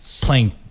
playing